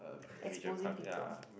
exposing people